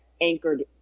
anchored